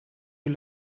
you